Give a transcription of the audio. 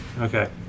Okay